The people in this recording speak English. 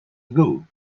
ago